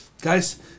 Guys